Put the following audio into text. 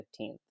15th